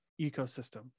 ecosystem